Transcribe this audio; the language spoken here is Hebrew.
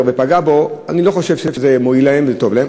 אני לא חושב שזה מועיל לה וטוב לה.